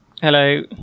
Hello